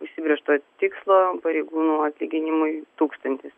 užsibrėžto tikslo pareigūnų atlyginimui tūkstantis